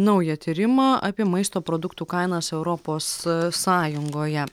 naują tyrimą apie maisto produktų kainas europos sąjungoje